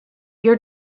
your